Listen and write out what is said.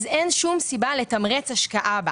אין שום סיבה לתמרץ השקעה בה.